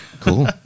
Cool